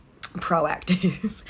proactive